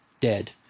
dead